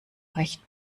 recht